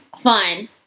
fun